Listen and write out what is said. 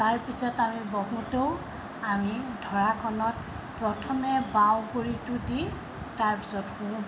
তাৰপিছত আমি বহোঁতেও আমি ঢৰাখনত প্ৰথমে বাঁও ভৰিটো দি তাৰপিছত সোঁ